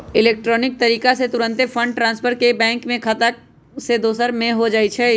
electronic तरीका से तूरंते फंड ट्रांसफर एक बैंक के खता से दोसर में हो जाइ छइ